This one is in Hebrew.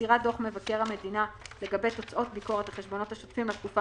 מסירת דוח מבקר המדינה לגבי תוצאות ביקורת החשבונות השוטפים לתקופה